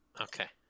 Okay